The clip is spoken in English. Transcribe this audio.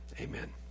amen